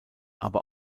aber